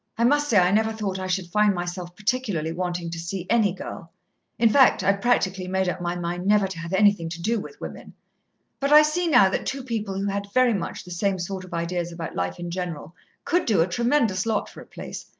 i must say i never thought i should find myself particularly wanting to see any girl in fact, i'd practically made up my mind never to have anything to do with women but i see now that two people who had very much the same sort of ideas about life in general could do a tremendous lot for a place,